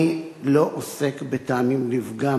אני לא עוסק בטעמים לפגם.